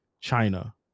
China